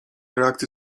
reakcje